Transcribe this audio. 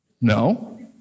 No